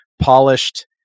polished